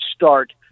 start